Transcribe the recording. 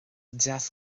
deas